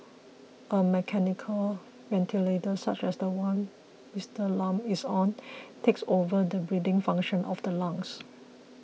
a mechanical ventilator such as the one Mister Lam is on takes over the breeding function of the lungs